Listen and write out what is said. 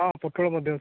ହଁ ପୋଟଳ ମଧ୍ୟ ଅଛି